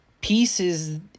pieces